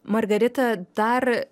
margarita dar